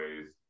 ways